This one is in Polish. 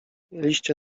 liście